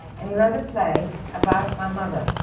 and he wrote a play about my mother.